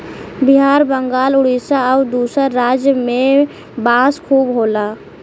बिहार बंगाल उड़ीसा आउर दूसर राज में में बांस खूब होला